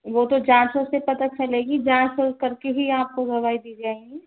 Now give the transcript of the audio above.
वो तो जाँचों से पता चलेगी जाँच उंच करके ही आपको दवाई दी जाएँगी